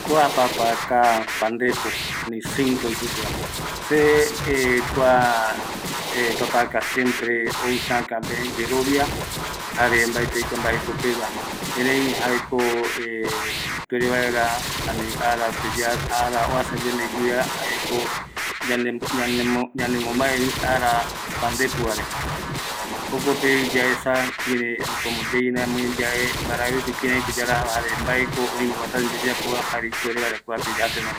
Taja se mandua ye papaka pandepo re jaeko ata añe ayuvanga, ajta ayvanga tata amueta gol pandemo iru equipo paraete reta güi jaema jukurei aja se ayemongueta se mandua kuare ye.